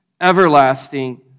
everlasting